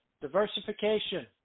diversification